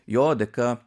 jo dėka